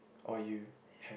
or you had